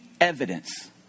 evidence